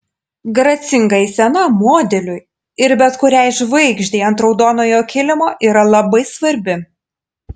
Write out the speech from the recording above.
gracinga eisena modeliui ir bet kuriai žvaigždei ant raudonojo kilimo yra labai svarbi